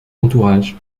entourage